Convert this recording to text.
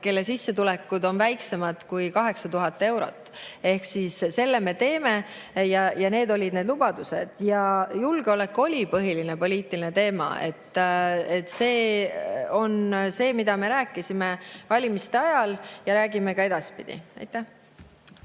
kelle sissetulekud on väiksemad kui 8000 eurot. Ehk selle me teeme ära ja need olid need lubadused. Julgeolek oli põhiline poliitiline teema. See on see, mida me rääkisime valimiste ajal ja räägime ka edaspidi. Aitäh!